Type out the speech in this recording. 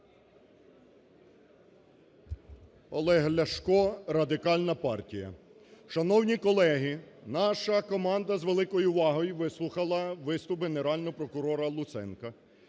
Олег Ляшко, Радикальна партія. Шановні колеги, наша команда з великою увагою вислухала виступ Генерального прокурора Луценка.